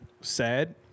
Sad